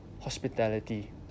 hospitality